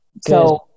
So-